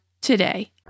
today